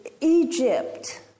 Egypt